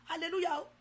Hallelujah